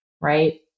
right